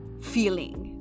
feeling